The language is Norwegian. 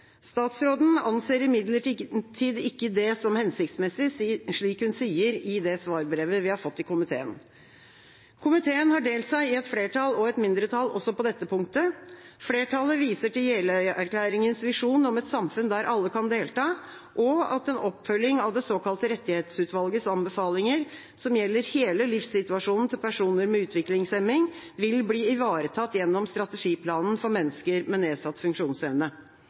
Statsråden anser imidlertid ikke det som hensiktsmessig, slik hun sier i svarbrevet til komiteen. Komiteen har delt seg i et flertall og et mindretall også på dette punktet. Flertallet viser til Jeløya-erklæringens visjon om et samfunn der alle kan delta, og at en oppfølging av det såkalte Rettighetsutvalgets anbefalinger, som gjelder hele livssituasjonen til personer med utviklingshemning, vil bli ivaretatt gjennom strategiplanen for mennesker med nedsatt funksjonsevne.